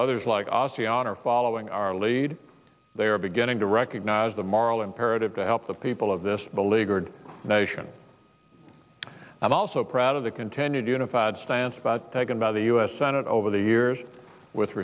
others like asciano are following our lead they are beginning to recognize the moral imperative to help the people of this beleaguered nation i'm also proud of the continued unified stance but taken by the u s senate over the years with